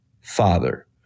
Father